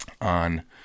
on